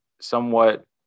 somewhat